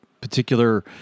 Particular